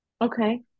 okay